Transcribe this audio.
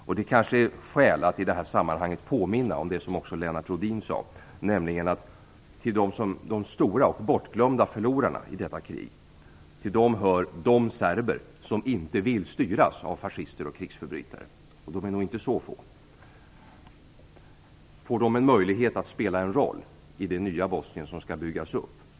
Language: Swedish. Det finns kanske skäl att i det här sammanhanget påminna om det som också Lennart Rohdin nämnde, nämligen att till de stora förlorarna och till dem som glömts bort i detta krig hör de serber som inte vill styras av fascister och krigsförbrytare. De är nog inte så få. Får de en möjlighet att spela en roll i det nya Bosnien som skall byggas upp?